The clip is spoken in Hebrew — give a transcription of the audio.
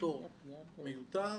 זה מה שאני רוצה לייצר